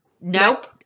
Nope